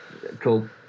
Cool